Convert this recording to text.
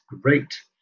great